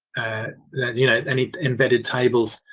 you know any embedded tables,